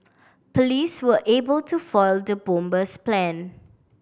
police were able to foil the bomber's plan